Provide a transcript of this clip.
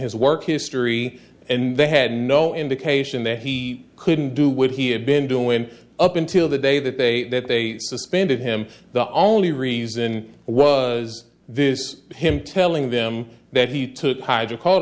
his work history and they had no indication that he couldn't do what he had been doing up until the day that they that they suspended him the only reason was this him telling them that he took h